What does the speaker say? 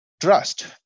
trust